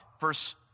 Verse